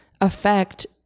affect